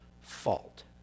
fault